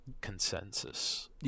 consensus